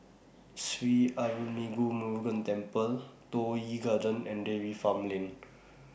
Sri Arulmigu Murugan Temple Toh Yi Garden and Dairy Farm Lane